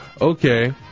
Okay